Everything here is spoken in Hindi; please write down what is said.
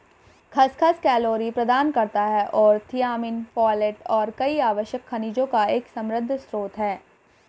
खसखस कैलोरी प्रदान करता है और थियामिन, फोलेट और कई आवश्यक खनिजों का एक समृद्ध स्रोत है